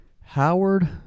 Howard